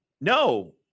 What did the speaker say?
no